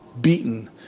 beaten